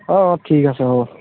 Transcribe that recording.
অঁ অঁ ঠিক আছে হ'ব